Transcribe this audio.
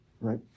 right